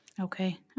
Okay